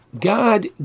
God